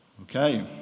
Okay